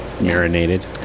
Marinated